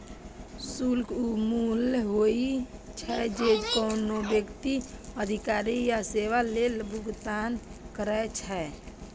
शुल्क ऊ मूल्य होइ छै, जे कोनो व्यक्ति अधिकार या सेवा लेल भुगतान करै छै